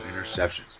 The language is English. interceptions